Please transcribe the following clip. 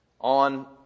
on